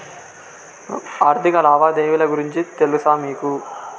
ఆర్థిక లావాదేవీల గురించి తెలుసా మీకు